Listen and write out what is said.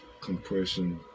compression